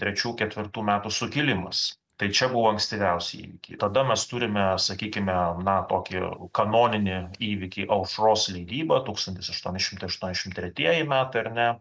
trečių ketvirtų metų sukilimas tai čia buvo ankstyviausi įvykiai tada mes turime sakykime na tokį kanoninį įvykį aušros leidybą tūkstantis aštuoni šimtai aštuoniasdešim tretieji metai ar ne